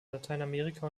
lateinamerika